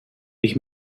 ich